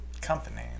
company